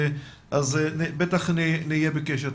אז בטח נהיה בקשר.